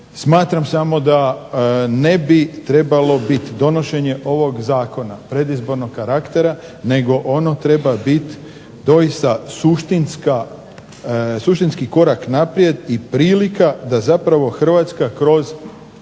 Smatram samo da ne bi trebalo biti donošenje ovog Zakona predizbornog karaktera nego ono treba bit suštinski korak naprijed i prilika da zapravo Hrvatska kroz